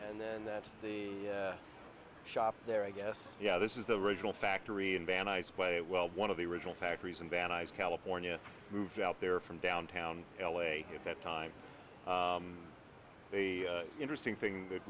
and then that the shop there i guess yeah this is the original factory in van nuys way well one of the original factories in van nuys california moved out there from downtown l a at that time a interesting thing that